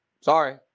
Sorry